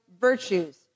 virtues